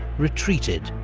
retreated,